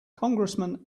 congressman